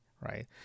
Right